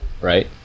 right